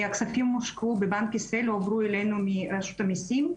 הכספים הושקעו בבנק ישראל והועברו אלינו מרשות המיסים.